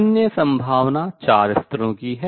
अन्य संभावना चार स्तरों की है